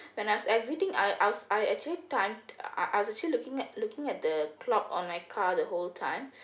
when I was exiting I I was I actually tunned I I was actually looking at looking at the clock on my car the whole time